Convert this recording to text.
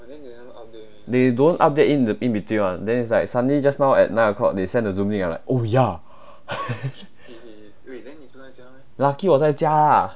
they don't update in the in between [one] then is like suddenly just now at nine o'clock they send a Zoom link then I'm like oh ya lucky 我在家 lah